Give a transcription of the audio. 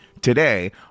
today